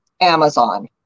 Amazon